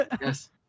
yes